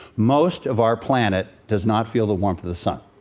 most of our planet does not feel the warmth of the sun.